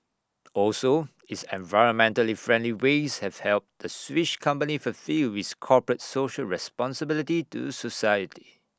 also its environmentally friendly ways have helped the Swiss company fulfil its corporate social responsibility to society